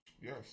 Yes